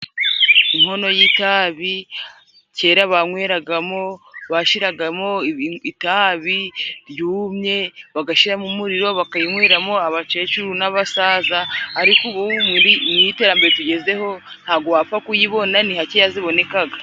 Inkono y'itabi kera banyweragamo, bashiragamo itabi ryumye bagashiramo umuriro bakayinyweramo abakecuru n'abasaza, ariko ubu muri iri terambere tugezeho ntabwo wapfa kuyibona, ni hakeya zibonekaga.